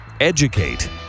Educate